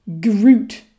Groot